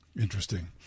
Interesting